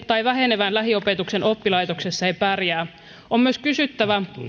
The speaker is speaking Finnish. tai vähenevän lähiopetuksen oppilaitoksessa ei pärjää on myös kysyttävä